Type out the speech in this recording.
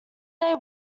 they